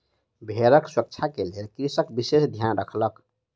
भेड़क स्वच्छता के लेल कृषक विशेष ध्यान रखलक